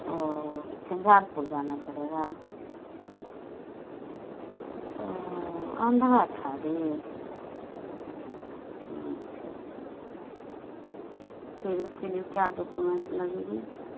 او Jhanjharpur جانا پڑے گا آندھرا اٹھاری اچھا اچھا پھر اس کے لیے کیا ڈاکومینٹس لگے گی